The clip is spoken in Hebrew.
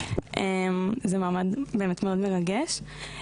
זה מעמד באמת מאוד מרגש.